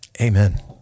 Amen